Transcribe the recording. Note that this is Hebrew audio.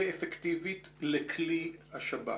ואפקטיבית לכלי השב"כ.